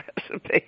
recipe